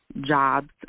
jobs